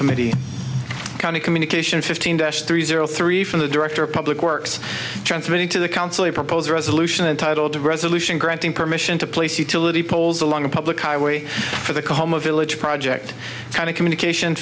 committee county communication fifteen dash three zero three from the director of public works transmitting to the council a proposed resolution entitled resolution granting permission to place utility poles along a public highway for the common village project kind of communication